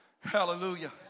Hallelujah